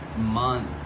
month